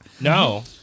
No